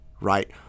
right